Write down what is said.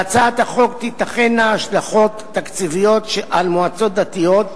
להצעת החוק תיתכנה השלכות תקציביות על מועצות דתיות,